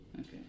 Okay